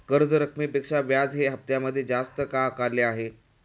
कर्ज रकमेपेक्षा व्याज हे हप्त्यामध्ये जास्त का आकारले आहे?